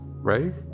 right